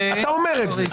תבדוק.